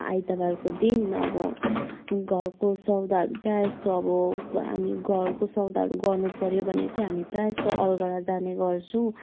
आइतबारको दिन अब घरको सौदाहरू प्रायःजस्तो अब हामी घरको सौदाहरू गर्नु पऱ्यो भने चैँ प्रायः जस्तो हामी अलगढा जाने गर्छौँ